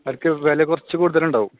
അതിക്ക് വില കുറച്ച് കൂടുതൽ ഉണ്ടാവും